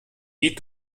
die